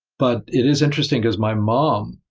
but it is interesting cause my mom,